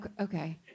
Okay